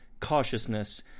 cautiousness